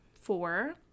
four